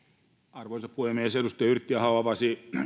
arvoisa puhemies edustaja yrttiaho avasi